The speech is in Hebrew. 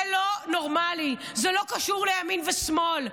זה לא נורמלי, זה לא קשור לימין ושמאל.